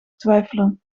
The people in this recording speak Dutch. twijfelen